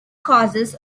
causes